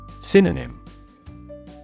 Synonym